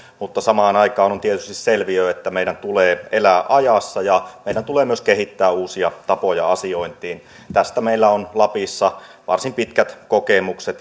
mutta samaan aikaan on tietysti selviö että meidän tulee elää ajassa ja meidän tulee myös kehittää uusia tapoja asiointiin tästä meillä on lapissa jo varsin pitkät kokemukset